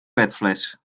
petfles